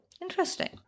Interesting